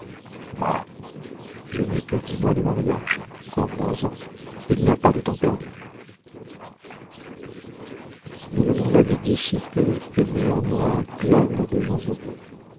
je n'ai que dix mois de mariage convenons en il n'y a pas de temps perdu nous menons la vie dissipée et néanmoins pleine des gens heureux